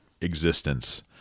existence